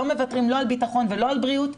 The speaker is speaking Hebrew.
לא מוותרים לא על ביטחון ולא על בריאות,